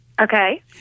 Okay